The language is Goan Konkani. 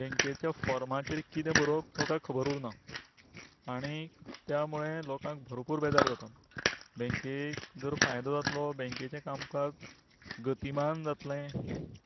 बँकेच्या फोर्माचेर कितें बरोवप तो कांय खबर उरना आनी त्या मूळे लोकांक भरपूर बेजार जाता बँकेक जर फायदो जाता तितलो बॅंकेचे कामकाज गतिमान जातले